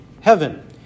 heaven